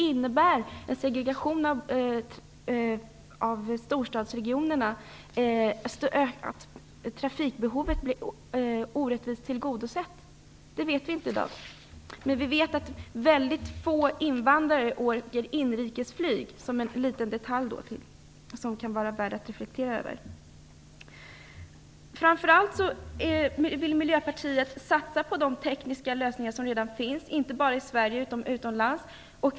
Innebär en segregation i storstadsregionerna att trafikbehovet blir orättvist tillgodosett? Det vet vi inte i dag. Men vi vet att väldigt få invandrare åker inrikesflyg. Det är en liten detalj som kan vara värd att reflektera över. Miljöpartiet vill framför allt satsa på de tekniska lösningar som redan finns, inte bara i Sverige utan även utomlands.